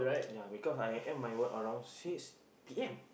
ya because I end my work around six p_m